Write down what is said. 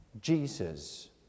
Jesus